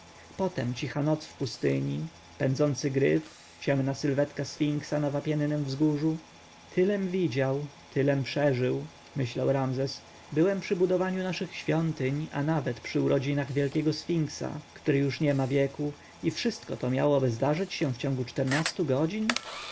potem cicha noc w pustyni pędzący gryf ciemna sylwetka sfinksa na wapiennem wzgórzu tylem widział tylem przeżył myśli ramzes byłem przy budowaniu naszych świątyń a nawet przy urodzinach wielkiego sfinksa który już nie ma wieku i to wszystko miałoby zdarzyć się w ciągu czternastu godzin